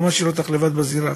אני לא משאיר אותך לבד בזירה.